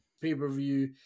pay-per-view